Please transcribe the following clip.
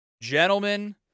gentlemen